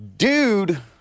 Dude